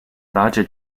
larger